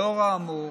לאור האמור